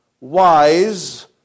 wise